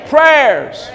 Prayers